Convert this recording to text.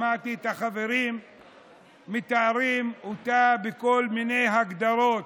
שמעתי את החברים מתארים אותה בכל מיני הגדרות.